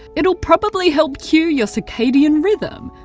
it'll probably help cue your circadian rhythm,